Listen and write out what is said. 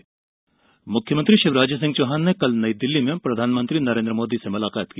CM मुलाकात मुख्यमंत्री शिवराज सिंह चौहान ने कल नई दिल्ली में प्रधानमंत्री नरेन्द्र मोदी से मुलाकात की